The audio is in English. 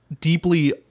deeply